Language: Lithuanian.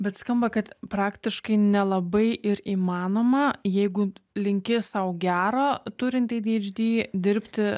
bet skamba kad praktiškai nelabai ir įmanoma jeigu linki sau gero turint eidždy dirbti